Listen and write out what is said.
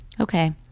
okay